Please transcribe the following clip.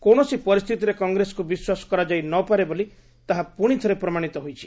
କୌଣସି ପରିସ୍ଥିତିରେ କଂଗ୍ରେସକୁ ବିଶ୍ୱାସ କରାଯାଇ ନପାରେ ବୋଲି ତାହା ପୁଣିଥରେ ପ୍ରମାଣିତ ହୋଇଛି